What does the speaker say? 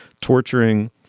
torturing